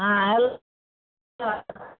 हँ हेलो की समाचार छै